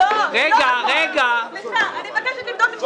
אני לא יכול להצביע על הרביזיה.